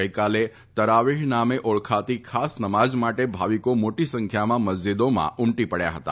ગઇકાલે તરાવીહ નામે ઓળખાતી ખાસ નમાઝ માટે ભાવિકો મોટી સંખ્યામાં મસ્જીદોમાં ઉમટી પડયા હતા